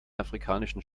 afrikanischen